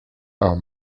are